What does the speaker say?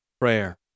prayer